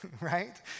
right